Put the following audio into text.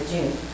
June